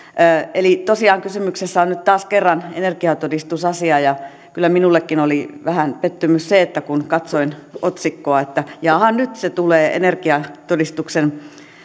eli tosiaan kysymyksessä on nyt taas kerran energiatodistusasia ja kyllä minullekin oli vähän pettymys se että kun katsoin otsikkoa että jaaha nyt se sitten tulee energiatodistuksen